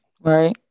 right